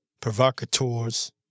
provocateurs